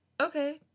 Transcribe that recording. Okay